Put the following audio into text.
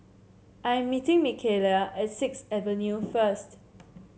I am meeting Mikaela at Sixth Avenue first